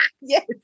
Yes